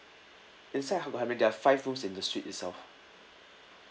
inside however they are five rooms in the suite itself